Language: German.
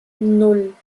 nan